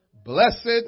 Blessed